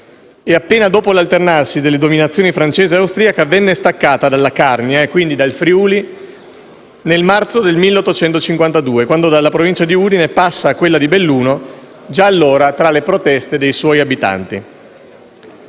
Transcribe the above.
e, appena dopo l'alternarsi delle dominazioni francese e austriaca, venne staccata dalla Carnia, quindi dal Friuli, nel marzo del 1852, quando dalla Provincia di Udine passa a quella di Belluno (già allora tra le proteste dei suoi abitanti).